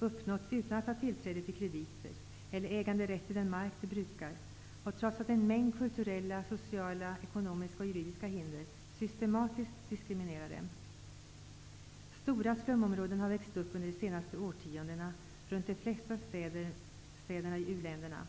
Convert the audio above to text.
uppnått utan att ha tillträde till krediter eller äganderätt till den mark de brukar och trots att en mängd kulturella, sociala, ekonomiska och juridiska hinder systematiskt diskriminerar dem. Stora slumområden har under de senaste årtiondena växt upp runt de flesta städerna i uländerna.